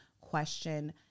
question